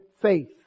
faith